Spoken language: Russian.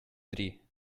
три